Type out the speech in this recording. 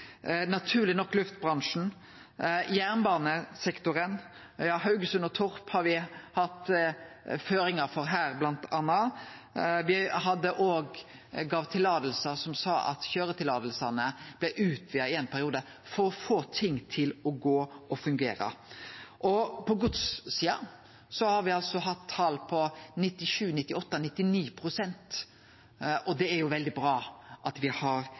naturleg nok luftbransjen og jernbanesektoren – me har bl.a. hatt føringar for Haugesund og Torp. Me sa òg at køyreløyva blei utvida ein periode for å få ting til å gå og til å fungere. Og på godssida har me altså hatt tal på 97, 98, 99 pst., og det er veldig bra at me har